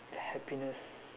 happiness